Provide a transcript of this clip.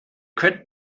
könnt